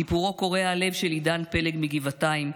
סיפורו קורע הלב של עידן פלג מגבעתיים,